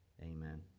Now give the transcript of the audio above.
Amen